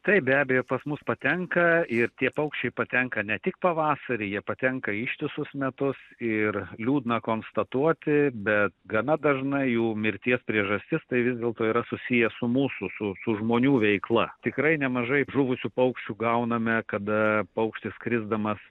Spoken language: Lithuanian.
taip be abejo pas mus patenka ir tie paukščiai patenka ne tik pavasarį jie patenka ištisus metus ir liūdna konstatuoti bet gana dažna jų mirties priežastis tai vis dėlto yra susiję su mūsų su su žmonių veikla tikrai nemažai žuvusių paukščių gauname kada paukštis skrisdamas